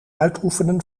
uitoefenen